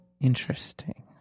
Interesting